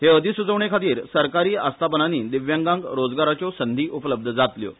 हे अधिसुचोवणे खातीर सरकारी आस्थापनांनी दिव्यांगाक रोजगाराच्यो संदी उपलब्ध जातल्यो